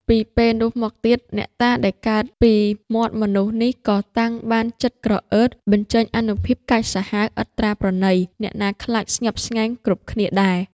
តពីនោះមកទៀត អ្នកតាដែលកើតពីមាត់មនុស្សនេះក៏តាំងបានចិត្តក្រអឺត បញ្ចេញអានុភាពកាចសាហាវឥតត្រាប្រណី អ្នកណាខ្លាចស្ញប់ស្ញែងគ្រប់គ្នាដែរ ។